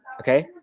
Okay